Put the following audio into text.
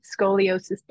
scoliosis